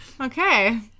Okay